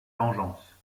vengeance